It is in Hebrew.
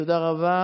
תודה רבה.